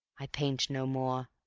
i paint no more.